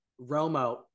Romo